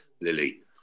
Lily